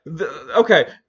Okay